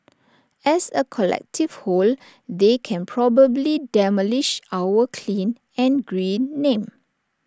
as A collective whole they can probably demolish our clean and green name